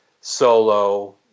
Solo